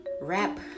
rap